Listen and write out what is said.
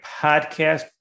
Podcast